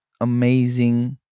amazing